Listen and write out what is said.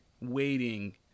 Waiting